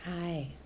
hi